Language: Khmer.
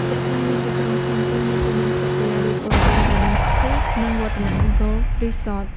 ជាក់ស្ដែង នៅទីក្រុងភ្នំពេញ មានទីលាន ក្លឹបកីឡាវាយកូនហ្គោល ហ្គាដិនស៊ីធី (Garden City Golf Club) និង Vattanac Golf Resort។